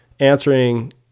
answering